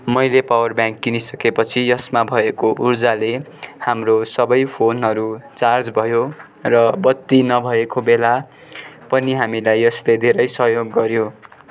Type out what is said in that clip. मैले power bank किनिसकेपछि यसमा भएको उर्जाले हाम्रो सबै फोनहरू चार्ज भयो र बत्ती नभएको बेला पनि हामीलाई यसले धेरै सहयोग गऱ्यो